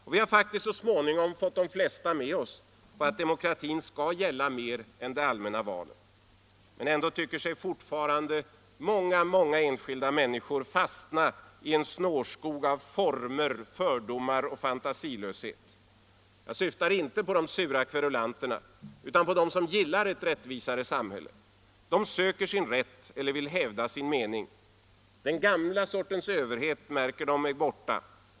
Vi har faktiskt så småningom fått de flesta med oss på att demokratin skall gälla mer än de allmänna valen. Ändå tycker sig fortfarande många, många enskilda människor fastna i en snårskog av former, fördomar och fantasilöshet. Jag syftar inte på de sura kverulanterna, utan på dem som gillar ett rättvisare samhälle. De söker sin rätt eller vill hävda sin mening. Den gamla sortens överhet är kanske borta.